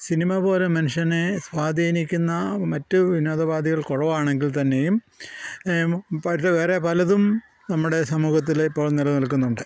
cinema പോലെ മനുഷ്യനെ സ്വാധീനിക്കിന്ന മറ്റ് വിനോദ ഉപാധികൾ കുറവാണെങ്കിൽ തന്നെയും പക്ഷെ വേറെ പലതും നമ്മുടെ സമൂഹത്തിൽ ഇപ്പോൾ നിലനിൽക്കുന്നുണ്ട്